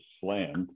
slammed